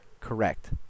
Correct